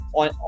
on